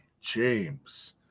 James